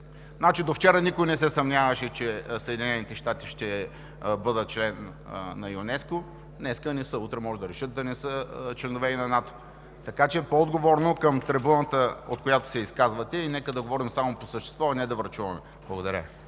До вчера никой не се съмняваше, че Съединените щати ще бъдат член на ЮНЕСКО, днеска не са, утре може да решат да не са членове и на НАТО. Така че – по-отговорно към трибуната, от която се изказвате. Нека да говорим само по същество, а не да врачуваме! Благодаря